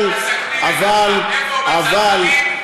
איפה הם מסכנים את עצמם?